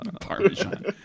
parmesan